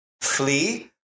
flee